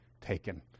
taken